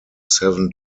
seven